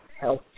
health